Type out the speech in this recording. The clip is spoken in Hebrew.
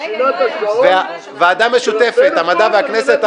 ועדה משותפת המדע והכנסת.